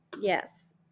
yes